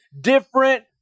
different